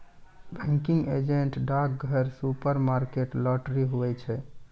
banking agent डाकघर, supermarket, lottery, हुवै छै